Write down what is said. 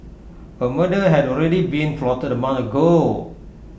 A murder had already been plotted A month ago